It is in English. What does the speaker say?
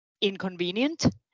inconvenient